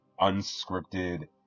unscripted